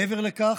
מעבר לכך,